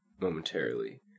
momentarily